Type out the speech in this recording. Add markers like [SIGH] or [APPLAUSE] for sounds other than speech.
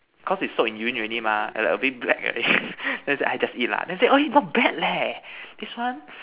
cause they soak in urine already mah like a bit black already then say just eat [LAUGHS] then say eh not bad leh this one